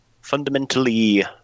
fundamentally